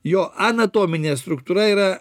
jo anatominė struktūra yra